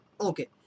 okay